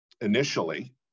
initially